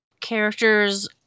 characters